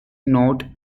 note